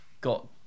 got